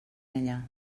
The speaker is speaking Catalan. ella